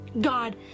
God